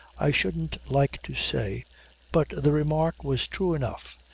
i shouldn't like to say but the remark was true enough,